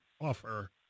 offer